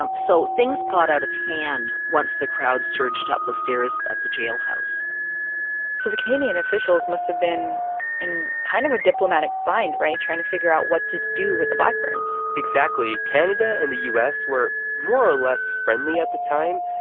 um so things got out of hand once the crowd surged up the stairs of the jailhouse so the canadian officials must have been in kind of a diplomatic bind right? trying to figure out what to do with the blackburns exactly. canada and the u s. were more or less friendly at the time,